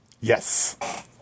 Yes